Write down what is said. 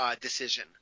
decision